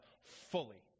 fully